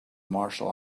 martial